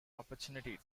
opportunity